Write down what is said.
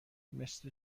مثل